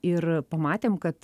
ir pamatėm kad